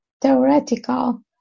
theoretical